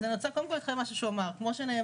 אז אני רוצה קודם כל להתחיל ממשהו שהוא אמר: כמו שנאמר,